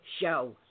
show